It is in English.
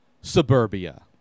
Suburbia